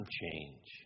change